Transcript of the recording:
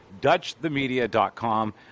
dutchthemedia.com